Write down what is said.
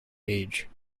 age